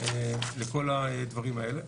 לכל הדברים האלה.